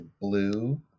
blue